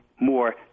more